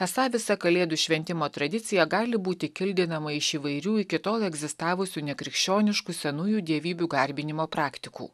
esą visa kalėdų šventimo tradicija gali būti kildinama iš įvairių iki tol egzistavusių nekrikščioniškų senųjų dievybių garbinimo praktikų